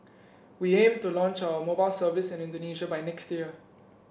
we aim to launch our mobile service in Indonesia by next year